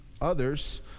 others